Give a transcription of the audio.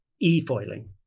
e-foiling